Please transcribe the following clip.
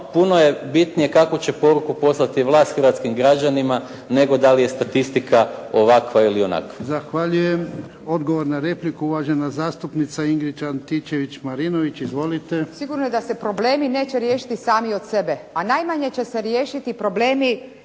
puno je bitnije kakvu će poruku vlast hrvatskim građanima nego da je statistika ovakva ili onakva.